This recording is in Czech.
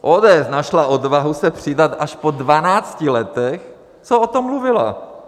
ODS našla odvahu se přidat až po 12 letech, co o tom mluvila.